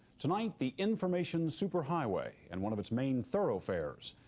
tonight the information super highway and one of its main thoroughfares,